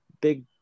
big